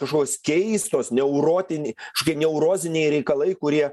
kažkokios keistos neurotiniai kažkokie neuroziniai reikalai kurie